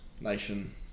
nation